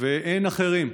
ואין אחרים.